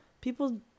people